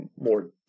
more